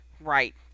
Right